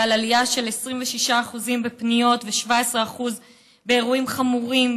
עלייה של 26% בפניות ו-17% באירועים חמורים,